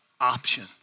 option